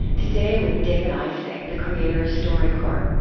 today, with david isay, the creator of storycorps.